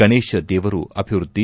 ಗಣೇಶ ದೇವರು ಅಭಿವ್ಯದ್ಲಿ